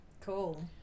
cool